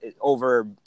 over